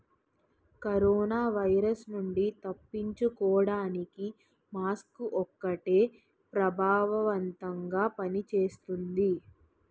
corona virus నుండి తప్పించుకోడానికి mask ఒక్కటే ప్రభావవంతంగా పని చేస్తుంది